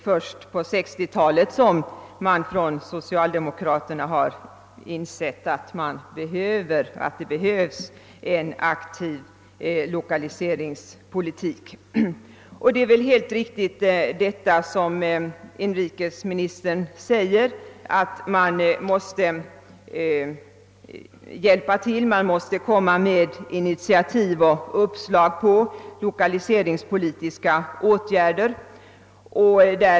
Först på 1960-talet har socialdemokraterna insett att det behövs en aktiv lokaliseringspolitik. Inrikesministern säger att man måste hjälpa till ute i bygderna, och det är helt riktigt. Man måste komma med initiativ och uppslag till lokaliseringspolitiska åtgärder.